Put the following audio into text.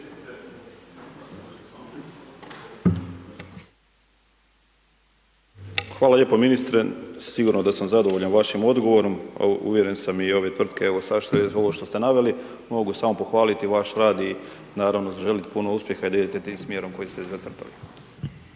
Hvala lijepo ministre. Sigurno da sam zadovoljan vašim odgovorom. Uvjeren sam i ove tvrtke evo sad što ste naveli mogu samo pohvaliti vaš rad i naravno zaželiti puno uspjeha i da idete tim smjerom koji ste zacrtali.